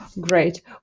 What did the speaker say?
Great